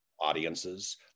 audiences